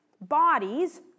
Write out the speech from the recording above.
Bodies